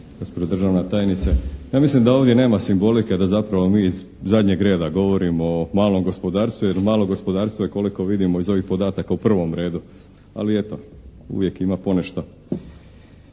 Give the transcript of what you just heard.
gospođo državna tajnice. Ja mislim da ovdje nema simbolike da zapravo mi iz zadnjeg reda govorimo o malom gospodarstvu, jer malo gospodarstvo je koliko vidimo iz ovih podataka u prvom redu, ali eto uvijek ima ponešto.